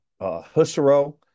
Husserl